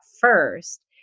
first